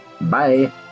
Bye